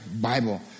Bible